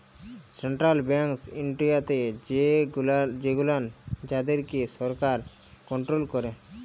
central banks ইনডিয়াতে সেগুলান যাদেরকে সরকার কনটোরোল ক্যারে